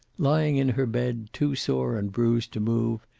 lying in her bed, too sore and bruised to move,